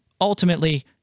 ultimately